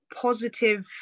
positive